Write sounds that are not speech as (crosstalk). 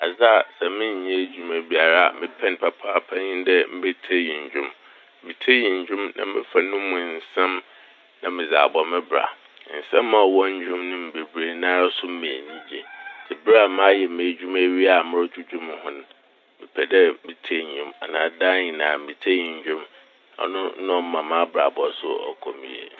Adze a sɛ mennyɛ edwuma biara a mepɛ n' papaapa nye dɛ mebetsie ndwom. Metsie ndwom na mefa no mu nsɛm na medze abɔ me bra. Nsɛm a ɔwɔ ndwom mu bebree nara so ma enyigye. (noise) Ntsi ber a mayɛ m'edwuma ewie a morodwedwe mo ho n', mepɛ dɛ metsie ndwom anaa daa nyinaa mstsie ɔno na ɔma m'abrabɔ so (noise) ɔkɔ me yie.